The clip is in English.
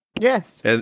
Yes